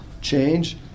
change